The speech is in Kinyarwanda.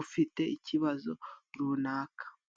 ufite ikibazo runaka.